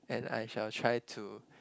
and I shall try to